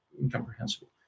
incomprehensible